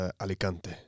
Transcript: Alicante